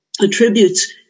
attributes